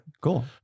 cool